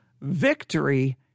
victory